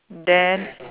then